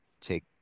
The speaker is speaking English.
take